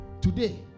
Today